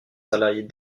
salariés